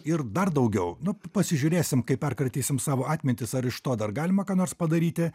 ir dar daugiau nu pasižiūrėsim kai perkratysim savo atmintis ar iš to dar galima ką nors padaryti